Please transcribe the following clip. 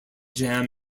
jam